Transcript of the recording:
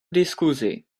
diskuzi